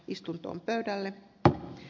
istunto on tärkeällä tavalla